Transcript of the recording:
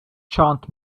chant